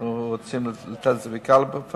שאנחנו רוצים לתת את זה לכלל הפריפריה,